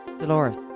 Dolores